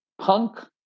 punk